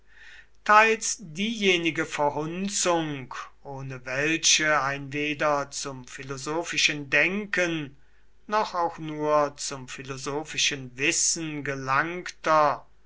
teils diejenige verhunzung ohne welche ein weder zum philosophischen denken noch auch nur zum philosophischen wissen gelangter